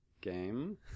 game